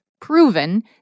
proven